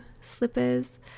slippers